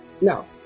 Now